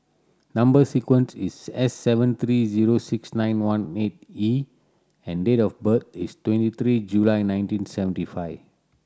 number sequence is S seven three zero six nine one eight E and date of birth is twenty three July nineteen seventy five